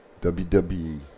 WWE